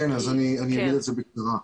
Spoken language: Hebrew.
אז אני אגיד את זה בקצרה.